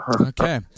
Okay